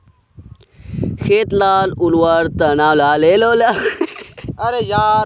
खेत लार उर्वरता बनाल रहे, याहार तने खेत लात जैविक खादेर इस्तेमाल कराल जाहा